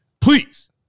Please